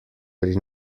pri